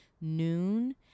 noon